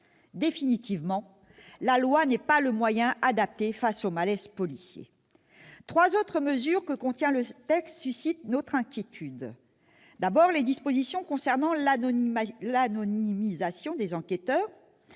Définitivement, la loi n'est pas le moyen adapté face au malaise policier ! Trois autres mesures contenues dans le texte suscitent notre inquiétude. Tout d'abord, les dispositions concernant l'anonymisation des enquêteurs